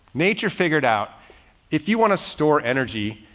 nature figured out if you want to store energy,